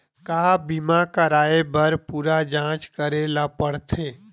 का बीमा कराए बर पूरा जांच करेला पड़थे?